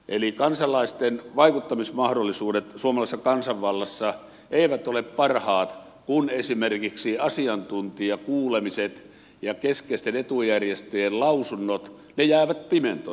eli kansalaisten vaikuttamismahdollisuudet suomalaisessa kansanvallassa eivät ole parhaat kun esimerkiksi asiantuntijakuulemiset ja keskeisten etujärjestöjen lausunnot jäävät pimentoon